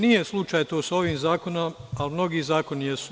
Nije slučaj to sa ovim zakonom, ali mnogi zakoni jesu.